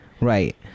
right